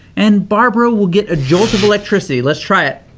and barbara will get a jolt of electricity, let's try it.